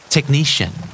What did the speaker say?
Technician